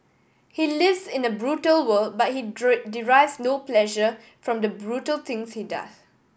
he lives in a brutal world but he derives no pleasure from the brutal things he does